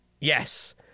Yes